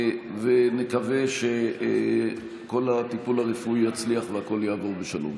נקווה שכל הטיפול הרפואי יצליח והכול יעבור בשלום.